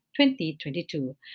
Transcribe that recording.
2022